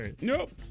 Nope